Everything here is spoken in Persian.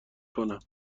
کنم